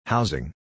Housing